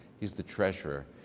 he's the treasurer.